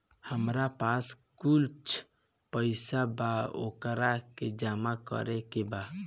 हमरा पास कुछ पईसा बा वोकरा के जमा करे के बा?